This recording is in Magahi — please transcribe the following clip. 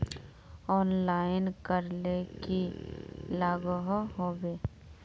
ऑनलाइन करले की लागोहो होबे?